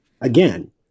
again